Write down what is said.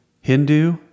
Hindu